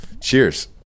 Cheers